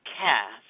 *Cast*